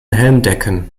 helmdecken